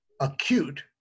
acute